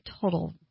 total